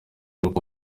rugo